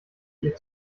ihr